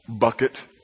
bucket